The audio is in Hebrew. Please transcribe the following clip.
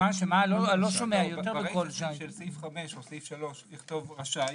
או סעיף 3 לכתוב "רשאי"